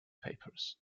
papers